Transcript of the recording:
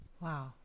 Wow